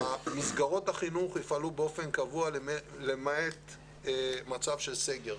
מסגרות החינוך יפעלו באופן קבוע למעט מצב של סגר.